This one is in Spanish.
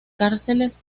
cárceles